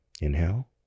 Inhale